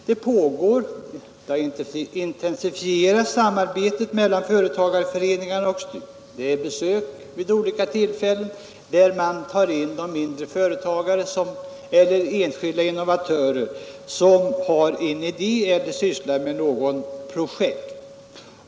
Det pågår ju nu ett intensifierat samarbete mellan företagarföreningarna och STU, och det förekommer ofta kontakter med mindre företagare eller enskilda innovatörer som har en idé eller sysslar med något projekt.